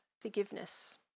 forgiveness